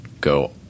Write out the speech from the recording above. go